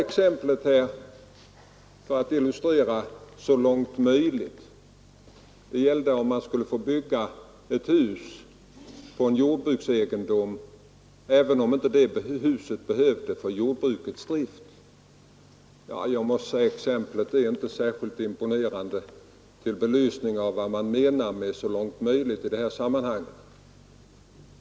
Det exempel som herr Fälldin tog för att illustrera vad centern menar med ”så långt möjligt decentraliserad bebyggelse” gällde om man skulle få bygga ett hus på en jordbruksegendom även om huset inte behövs för jordbrukets drift. Jag måste säga att exemplet inte är särskilt imponerande som belysning av vad man menar med ”så långt möjligt” i detta sammanhang.